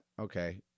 okay